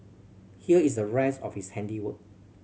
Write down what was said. here is the rest of his handiwork